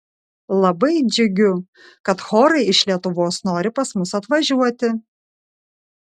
labai džiugiu kad chorai iš lietuvos nori pas mus atvažiuoti